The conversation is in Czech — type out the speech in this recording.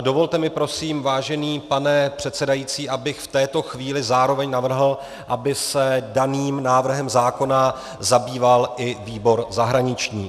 Dovolte mi prosím, vážený pane předsedající, abych v této chvíli zároveň navrhl, aby se daným návrhem zákona zabýval i výbor zahraniční.